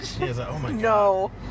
No